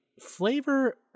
flavor